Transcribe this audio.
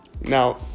now